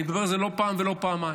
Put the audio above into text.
אני מדבר על זה לא פעם ולא פעמיים.